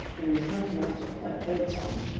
and there is nothing else to put my clothes on,